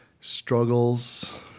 struggles